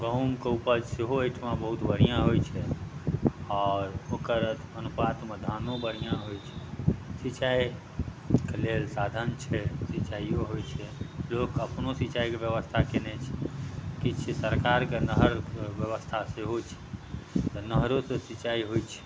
गहूमके उपज सेहो एहिठाम बहुत बढ़िआँ होइ छै आओर ओकर अनुपातमे धानो बढ़िआँ होइ छै सिँचाइके लेल साधन छै सिँचाइओ होइ छै लोक अपनो सिँचाइके बेबस्था केने छै किछु सरकारके नहर बेबस्था सेहो छै तऽ नहरोसँ सिँचाइ होइ छै